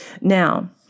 Now